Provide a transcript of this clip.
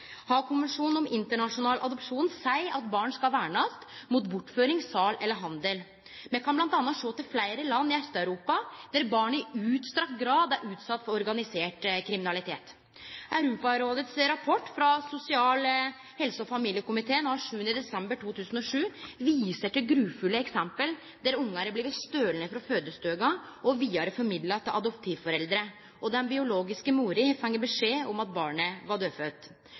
Haagkonvensjonen om internasjonal adopsjon seier at barn skal vernast mot bortføring, sal eller handel. Me kan m.a. sjå til fleire land i Aust-Europa der barn i utstrakt grad er utsette for organisert kriminalitet. Europarådets rapport, frå sosial-, helse- og familiekomiteen, av 7. desember 2007 viser til grufulle eksempel der barn er blitt stolne frå fødestua og vidareformidla til adoptivforeldre av korrupt helsepersonell som sel barn til organiserte kriminelle – og den biologiske mora får beskjed om at barnet var